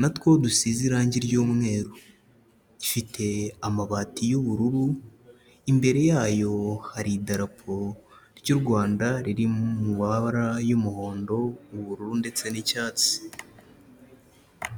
na two dusize irangi ry'umweru. Ifite amabati y'ubururu, imbere yayo hari idarapo ry'u Rwanda riri mu mabara y'umuhondo, ubururu ndetse n'icyatsi.